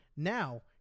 Now